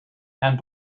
and